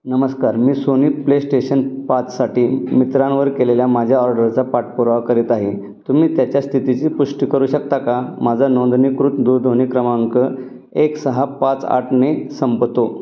नमस्कार मी Sony PlayStation पाचसाठी मित्रांवर केलेल्या माझ्या ऑर्डरचा पाठपुरावा करीत आहे तुम्ही त्याच्या स्थितीची पुष्टी करू शकता का माझा नोंदणीकृत दूरध्वनी क्रमांक एक सहा पाच आठने संपतो